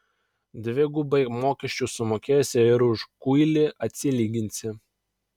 dvigubai mokesčius sumokėsi ir už kuilį atsilyginsi